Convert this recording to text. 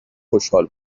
خشحال